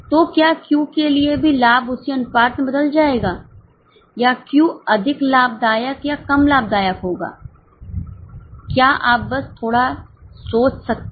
तो क्या Q के लिए भी लाभ उसी अनुपात में बदल जाएगा या Q अधिक लाभदायक या कम लाभदायक होगा क्या आप बस थोड़ा सोच सकते हैं